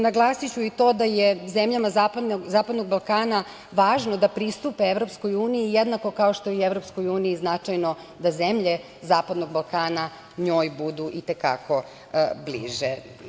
Naglasiću i to da je zemljama zapadnog Balkana važno da pristupe EU jednako kao što je EU značajno da zemlje zapadnog Balkana budu njoj i te kako bliže.